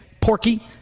Porky